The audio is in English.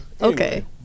Okay